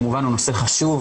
הנושא הזה הוא כמובן נושא חשוב,